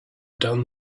done